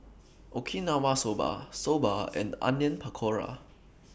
Okinawa Soba Soba and Onion Pakora